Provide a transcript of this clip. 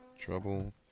Trouble